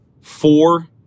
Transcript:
four